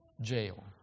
jail